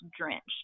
drenched